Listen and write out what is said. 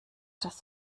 das